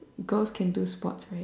girls can do sports right